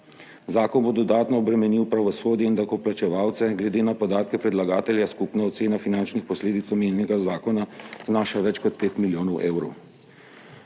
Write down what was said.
Zakon bo dodatno obremenil pravosodje in davkoplačevalce. Glede na podatke predlagatelja skupna ocena finančnih posledic omenjenega zakona znaša več kot 5 milijonov evrov.